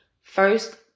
first